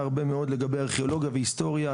הרבה מאוד לגבי ארכיאולוגיה והיסטוריה.